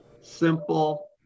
simple